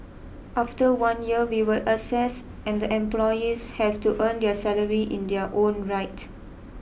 after one year we will assess and the employees have to earn their salary in their own right